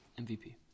MVP